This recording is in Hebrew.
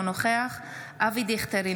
אינה נוכחת אבי דיכטר,